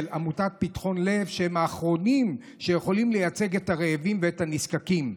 שהם האחרונים שיכולים לייצג את הרעבים ואת הנזקקים.